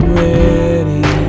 ready